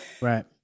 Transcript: Right